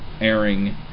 airing